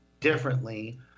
differently